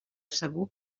segur